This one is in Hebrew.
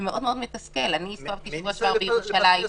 זה מאוד מתסכל, אני --- באלו מפלגות מדובר?